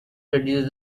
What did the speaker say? reduces